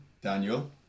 daniel